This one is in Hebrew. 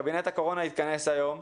קבינט הקורונה יתכנס היום.